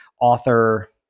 author